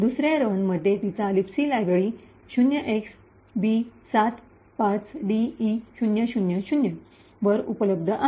दुसर्या रनमध्ये तीच लिबसी लायब्ररी 0xb75de000 वर उपलब्ध आहे